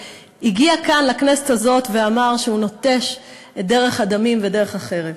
שהגיע כאן לכנסת הזאת ואמר שהוא נוטש את דרך הדמים ואת דרך החרב.